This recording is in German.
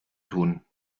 tun